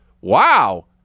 Wow